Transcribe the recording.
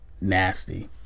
nasty